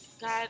God